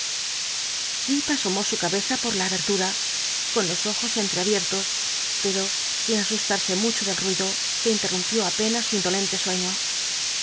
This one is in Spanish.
jip asomó su cabeza por la aberlum con los ojos cnlrcabieatos pero sin asuslarsc mucho del ruido que inleraumpió apenas su indolente sueiío